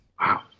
Wow